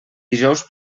dijous